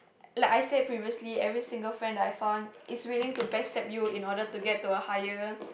like I said previously every single friend that I found is willing to backstab you in order to get to a higher